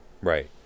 right